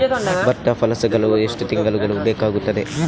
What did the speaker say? ಭತ್ತ ಫಸಲಾಗಳು ಎಷ್ಟು ತಿಂಗಳುಗಳು ಬೇಕಾಗುತ್ತದೆ?